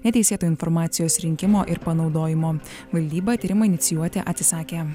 neteisėtą informacijos rinkimo ir panaudojimo valdyba tyrimą inicijuoti atsisakė